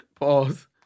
Pause